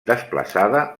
desplaçada